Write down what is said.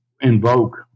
invoke